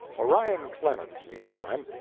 orion clemens, meantime,